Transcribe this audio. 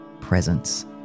presence